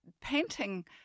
painting